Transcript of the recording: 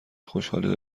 خوشحالی